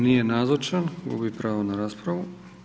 Nije nazočan, gubi pravo na raspravu.